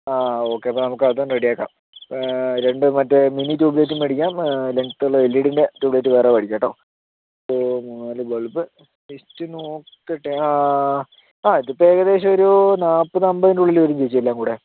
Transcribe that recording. ആ ഓക്കേ അപ്പോൾ നമുക്ക് അതും റെഡിയാക്കാം രണ്ട് മറ്റേ മിനി ട്യൂബ് ലൈറ്റും മേടിക്കാം ലെങ്ങ്ത്തുള്ള എൽ ഇ ഡീൻ്റെ ട്യൂബ് ലൈറ്റ് വേറെ മേടിക്കാം കേട്ടോ അപ്പോൾ നാലു ബൾബ് ലിസ്റ്റ് നോക്കട്ടെ ആ ആ ഇതിപ്പോൾ ഏകദേശമൊരു നാല്പത് അമ്പത്തിൻ്റെ ഉള്ളിൽ വരും ചേച്ചി എല്ലാം കൂടി